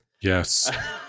yes